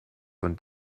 von